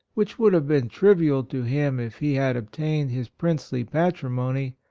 which would have been trivial to him if he had obtained his princely patrimony,